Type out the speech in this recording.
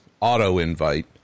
auto-invite